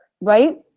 right